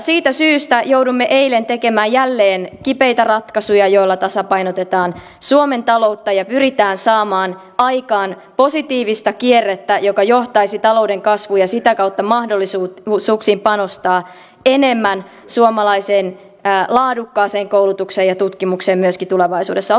siitä syystä jouduimme eilen tekemään jälleen kipeitä ratkaisuja joilla tasapainotetaan suomen taloutta ja pyritään saamaan aikaan positiivista kierrettä joka johtaisi talouden kasvuun ja sitä kautta mahdollisuuksiin panostaa enemmän suomalaiseen laadukkaaseen koulutukseen ja tutkimukseen myöskin tulevaisuudessa